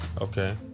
okay